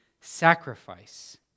sacrifice